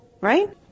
Right